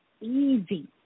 easy